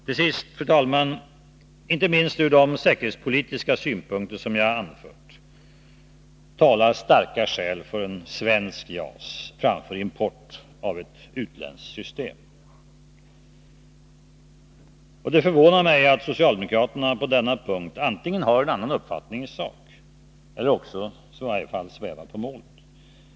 Till sist, fru talman, vill jag säga att inte minst från de säkerhetspolitiska synpunkter som jag anfört talar starka skäl för en svensk JAS framför import av ett utländskt system. Det förvånar mig att socialdemokraterna på denna punkt antingen har en annan uppfattning i sak eller också svävar på målet.